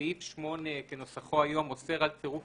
סעיף 8 כנוסחו היום אוסר על צירוף